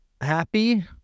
Happy